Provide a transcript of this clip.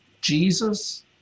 Jesus